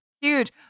huge